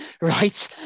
right